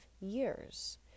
years